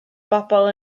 bobl